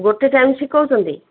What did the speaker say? ଗୋଟେ ଟାଇମ୍ ଶିଖଉଛନ୍ତି